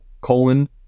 colon